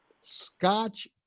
Scotch